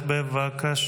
נאומים בני דקה.